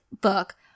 book